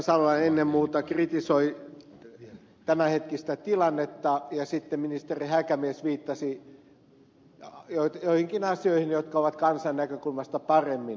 salolainen ennen muuta kritisoi tämän hetkistä tilannetta ja sitten ministeri häkämies viittasi joihinkin asioihin jotka ovat kansan näkökulmasta paremmin